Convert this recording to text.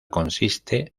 consiste